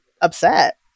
upset